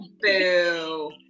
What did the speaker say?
boo